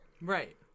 Right